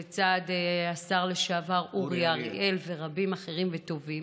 לצד השר לשעבר אורי אריאל ורבים אחרים וטובים,